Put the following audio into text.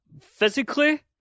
physically